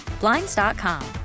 Blinds.com